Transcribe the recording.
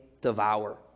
devour